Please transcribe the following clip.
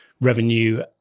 revenue